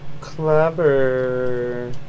Clever